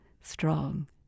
strong